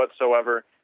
whatsoever